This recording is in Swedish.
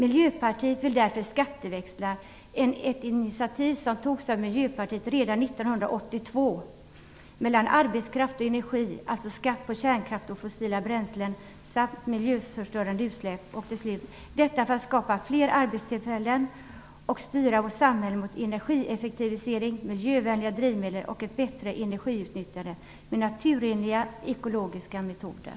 Miljöpartiet vill därför skatteväxla - ett initiativ som togs av Miljöpartiet redan 1982 - mellan arbetskraft och energi, dvs. skatt på kärnkraft och fossila bränslen, samt miljöförstörande utsläpp, detta för att skapa fler arbetstillfällen och styra vårt samhälle mot energieffektivisering, miljövänligare drivmedel och ett bättre energiutnyttjande med naturliga ekologiska metoder.